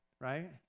right